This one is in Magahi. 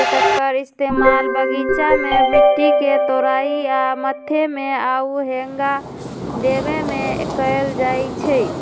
जेक्कर इस्तेमाल बगीचा में मिट्टी के तोराई आ मथे में आउ हेंगा देबे में कएल जाई छई